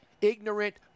ignorant